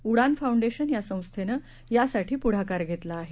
उडान foundation या संस्थेनं यासाठी पुढाकार घेतला आहे